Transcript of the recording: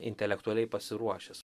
intelektualiai pasiruošęs